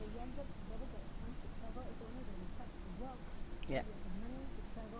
ya